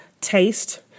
taste